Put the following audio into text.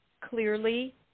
clearly